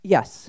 Yes